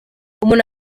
umuntu